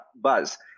buzz